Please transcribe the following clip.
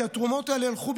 כי התרומות האלה ילכו,